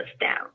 down